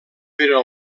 però